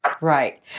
Right